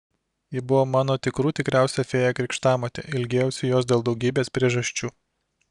ji buvo mano tikrų tikriausia fėja krikštamotė ilgėjausi jos dėl daugybės priežasčių